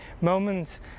moments